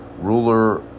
ruler